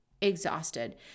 exhausted